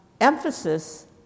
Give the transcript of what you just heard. emphasis